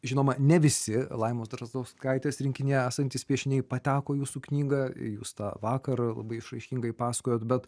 žinoma ne visi laimos drazdauskaitės rinkinyje esantys piešiniai pateko į jūsų knygą jūs tą vakarą labai išraiškingai pasakojot bet